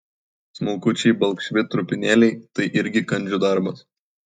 smulkučiai balkšvi trupinėliai tai irgi kandžių darbas